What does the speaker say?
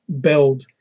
build